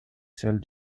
celle